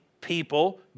people